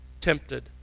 tempted